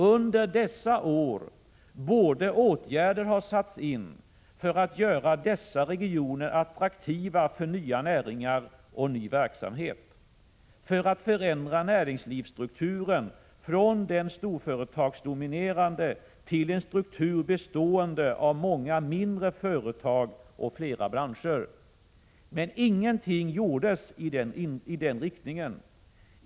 Under dessa år borde åtgärder ha satts in för att göra dessa regioner attraktiva för nya näringar och ny verksamhet, för att förändra näringslivsstrukturen från den storföretagsdominerade till en struktur bestående av många mindre företag och flera branscher. Men ingenting gjordes i den riktningen.